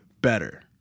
better